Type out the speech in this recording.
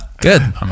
Good